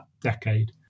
decade